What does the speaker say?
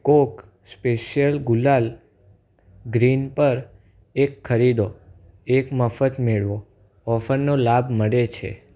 કોક special ગુલાલ green પર એક ખરીદો એક મફત મેળવો ઓફરનો લાભ મળે છે